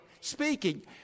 speaking